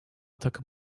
takım